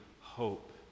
hope